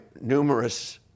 numerous